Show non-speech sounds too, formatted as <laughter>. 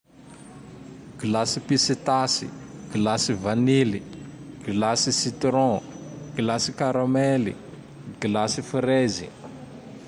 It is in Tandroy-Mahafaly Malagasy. <noise> Glasy <noise> pisitasy, <noise> glasy <noise> vanily, <noise> glasy <noise> sitiron, <noise> glasy <noise> karamely, <noise> glasy <noise> fraizy. <noise>